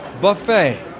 buffet